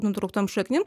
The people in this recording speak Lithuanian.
nutrauktom šaknim